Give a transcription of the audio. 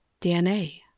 DNA